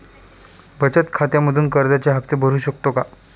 बचत खात्यामधून कर्जाचे हफ्ते भरू शकतो का?